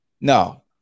No